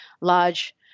large